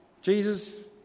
Jesus